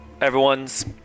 Everyone's